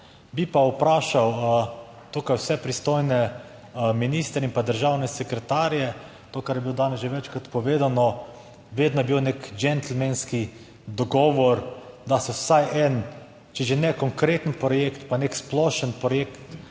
Bi pa vprašal tukaj vse pristojne ministre in državne sekretarje, to kar je bilo danes že večkrat povedano, vedno je bil nek gentlemanski dogovor, da se vsaj en, če že ne konkreten projekt, pa nek splošen projekt,